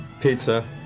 Pizza